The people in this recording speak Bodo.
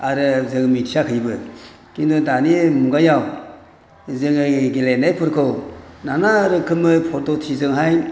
आरो जों मिथियाखैबो किन्तु दानि मुगायाव जोङो गेलेनायफोरखौ ना ना रोखोमै पद्ध'तिजोंहाय